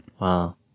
Wow